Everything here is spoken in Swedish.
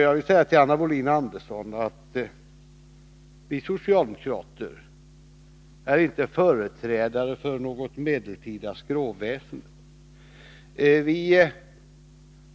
Jag vill säga till Anna Wohlin-Andersson att vi socialdemokrater inte är företrädare för något medeltida skråväsen. Vi